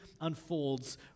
unfolds